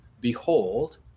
behold